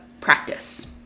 practice